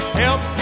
help